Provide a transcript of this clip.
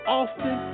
often